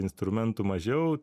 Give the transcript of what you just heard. instrumentų mažiau